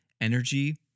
energy